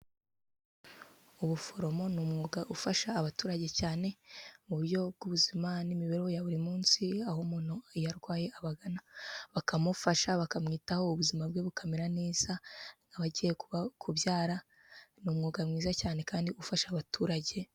Ubuforomo ni umwuga ufasha abaturage cyane mu buryo bw'ubuzima n'imibereho ya buri munsi aho umuntu iyo arwaye abagana bakamufasha bakamwitaho ubuzima bwe bukamera neza, abagiye kubyara. Ni umwuga mwiza cyane kandi ufasha abaturage.